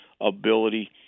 ability